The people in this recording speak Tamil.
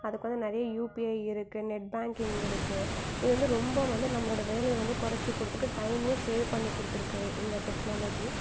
அதுக்கு வந்து நிறைய யூபிஐ இருக்குது நெட் பேங்கிங் இருக்குது இது வந்து ரொம்ப வந்து நம்மளோடய வேலையை வந்து குறைச்சி கொடுத்து டைமும் சேவ் பண்ணி கொடுத்துருக்கு இந்த டெக்னாலஜி